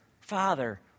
Father